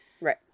right